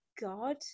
God